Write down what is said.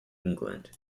england